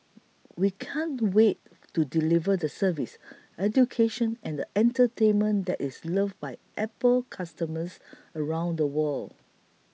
we can't wait to deliver the service education and entertainment that is loved by Apple customers around the world